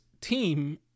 team